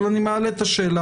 אבל אני מעלה את השאלה,